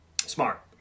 smart